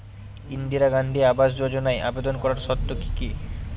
ইন্দিরা গান্ধী আবাস যোজনায় আবেদন করার শর্ত কি কি?